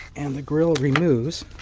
and the grille removes.